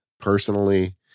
Personally